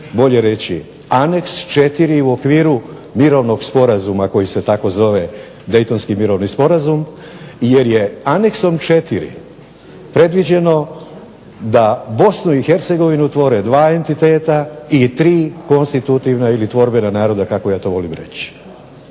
bolje reći aneks 4 u okviru Mirovnog sporazuma koji se tako zove, Daytonski mirovni sporazum, jer je aneksom 4 predviđeno da BiH tvore dva entiteta i tri konstitutivna ili tvorbena naroda kako ja to volim reći.